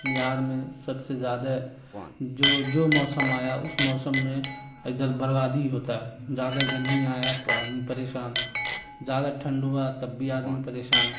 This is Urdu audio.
بہار میں سب سے زیادہ جو جو موسم آیا اس موسم میں ادھر بربادی ہی ہوتا ہے زیادہ گرمی آیا تو آدمی پریشان زیادہ ٹھنڈ ہوا تب بھی آدمی پریشان